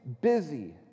busy